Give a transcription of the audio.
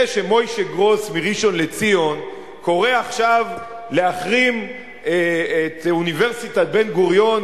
זה שמשה גרוס מראשון-לציון קורא עכשיו להחרים את אוניברסיטת בן-גוריון,